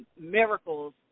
miracles